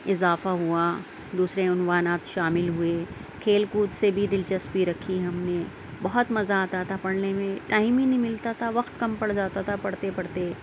اضافہ ہوا دوسرے عنوانات شامل ہوئے کھیل کود سے بھی دلچسپی رکھی ہم نے بہت مزہ آتا تھا پڑھنے میں ٹائم ہی نہیں ملتا تھا وقت کم پڑ جاتا تھا پڑھتے پڑھتے